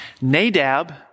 Nadab